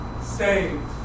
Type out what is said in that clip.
saved